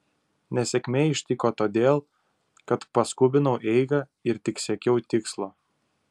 nesėkmė ištiko todėl kad paskubinau eigą ir tik siekiau tikslo